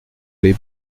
les